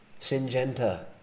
Syngenta